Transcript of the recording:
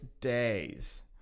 days